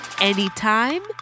anytime